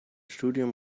studium